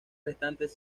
restantes